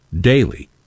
daily